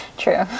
true